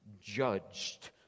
judged